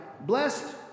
Blessed